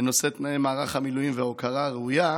בנושא תנאי מערך המילואים והוקרה ראויה,